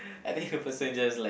I think the person just like